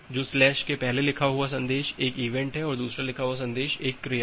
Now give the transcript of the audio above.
तो स्लैश के पहेले लिखा हुआ सन्देश एक इवेंट है और दूसरा लिखा हुआ सन्देश एक क्रिया है